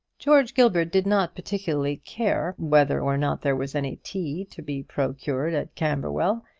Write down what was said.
george gilbert did not particularly care whether or not there was any tea to be procured at camberwell,